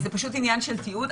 זה פשוט עניין של תיעוד.